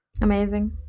amazing